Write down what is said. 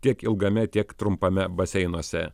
tiek ilgame tiek trumpame baseinuose